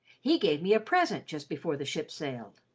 he gave me a present just before the ship sailed.